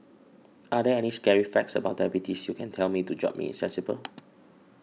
are there any scary facts about diabetes you can tell me to jolt me sensible